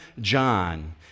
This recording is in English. John